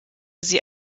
sie